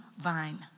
vine